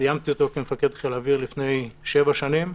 סיימתי אותו כמפקד חיל האוויר לפני שמונה שנים.